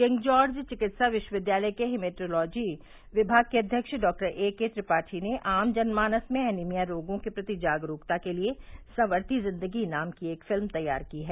king George चिकित्सा विश्वविद्यालय के हिमेटोलॉजी विभाग के अध्यक्ष डॉक्टर एके त्रिपाठी ने आम जन मानस में एनीमिया रोगों के प्रति जागरूकता के लिए संवरती जिन्दगी नाम की एक फिल्म तैयार की है